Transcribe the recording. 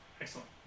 Excellent